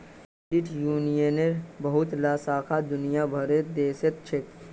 credit यूनियनेर बहुतला शाखा दुनिया भरेर देशत छेक